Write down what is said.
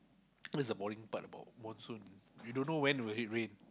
that's the boring part about monsoon you don't know when will it rain